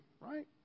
right